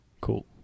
Cool